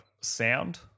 sound